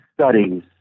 studies